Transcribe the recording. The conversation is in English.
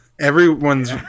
Everyone's